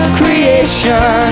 creation